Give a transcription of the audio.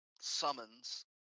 summons